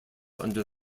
under